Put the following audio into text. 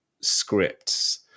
scripts